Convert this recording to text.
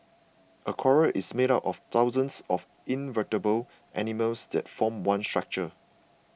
a coral is made up of thousands of invertebrate animals that form one structure